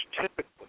typically